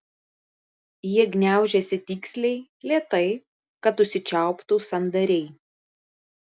jie gniaužiasi tiksliai lėtai kad užsičiauptų sandariai